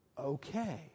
okay